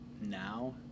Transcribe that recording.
Now